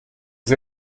sie